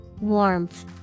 Warmth